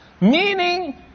meaning